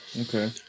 Okay